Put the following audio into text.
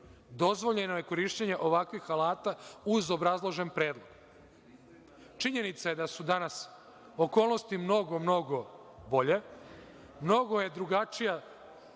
dozvoljeno je korišćenje ovakvih alata uz obrazložen predlog. Činjenica je da su danas okolnosti mnogo, mnogo bolje. Mnogo je drugačije